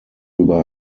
über